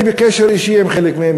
אני בקשר אישי עם חלק מהם,